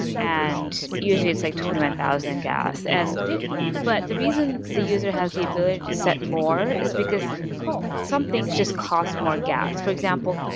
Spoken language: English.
and usually it's like twenty one thousand gas. and but the reason the user has the ability to set more is because some things just cost more gas. for example,